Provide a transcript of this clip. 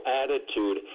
attitude